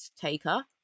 taker